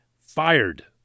fired